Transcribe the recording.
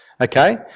Okay